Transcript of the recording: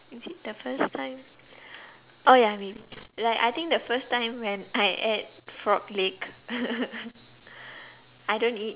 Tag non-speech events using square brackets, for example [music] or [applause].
is it the first time oh ya maybe like I think the first time when I ate frog leg [laughs] I don't eat